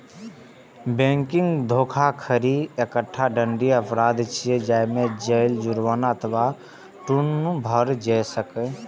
banking धोखाधड़ी एकटा दंडनीय अपराध छियै, जाहि मे जेल, जुर्माना अथवा दुनू भए सकै छै